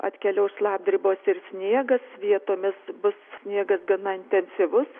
atkeliaus šlapdribos ir sniegas vietomis bus sniegas gana intensyvus